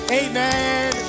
amen